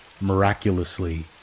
miraculously